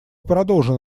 продолжим